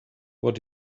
what